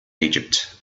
egypt